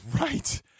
right